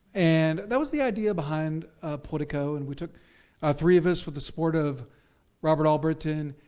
and that was the idea behind politico and we took ah three of us with the support of robert allbritton,